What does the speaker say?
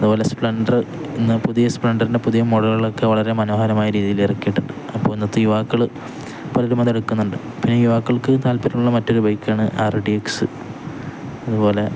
അതുപോലെ സ്പ്ലെൻണ്ടർ ഇന്ന് പുതിയ സ്പ്ലെണ്ടറിൻ്റെ പുതിയ മോഡലുകളൊക്കെ വളരെ മനോഹരമായ രീതിയിൽ ഇറക്കിയിട്ടുണ്ട് അപ്പോൾ ഇന്നത്തെ യുവാക്കൾ പലരുമത് എടുക്കുന്നുണ്ട് പിന്നെ യുവാക്കൾക്ക് താല്പര്യമുള്ള മറ്റൊരു ബൈക്കാണ് ആർ ഡി എക്സ് അതുപോലെ